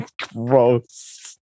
Gross